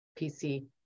PC